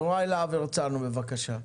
יוראי להב הרצנו, בבקשה.